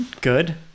good